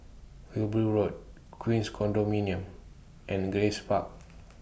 Wilby Road Queens Condominium and Grace Park